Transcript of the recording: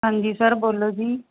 ਹਾਂਜੀ ਸਰ ਬੋਲੋ ਜੀ